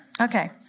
Okay